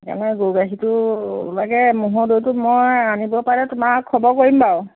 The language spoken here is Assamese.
সেইকাৰণে গৰু গাখীৰটো লাগে ম'হৰ দৈটো মই আনিব পালে তোমাক খবৰ কৰিম বাৰু